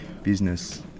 business